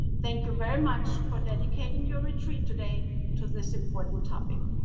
thank you very much for dedicating your retreat today to this important topic.